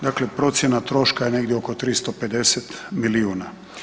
Dakle, procjena troška je negdje oko 350 milijuna.